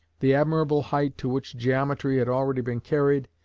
the admirable height to which geometry had already been carried,